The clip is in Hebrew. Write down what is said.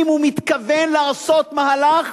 אם הוא מתכוון לעשות מהלך,